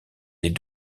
les